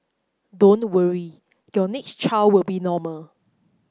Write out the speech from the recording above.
don't worry your next child will be normal